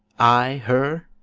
i, her?